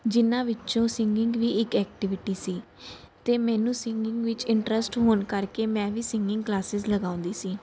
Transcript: ਜਿਹਨਾਂ ਵਿੱਚੋਂ ਸਿੰਗਿੰਗ ਵੀ ਇੱਕ ਐਕਟੀਵਿਟੀ ਸੀ ਅਤੇ ਮੈਨੂੰ ਸਿੰਗਿੰਗ ਵਿੱਚ ਇੰਟਰਸਟ ਹੋਣ ਕਰਕੇ ਮੈਂ ਵੀ ਸਿੰਗਿੰਗ ਕਲਾਸਿਸ ਲਗਾਉਂਦੀ ਸੀ